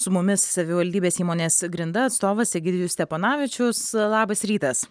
su mumis savivaldybės įmonės grinda atstovas egidijus steponavičius labas rytas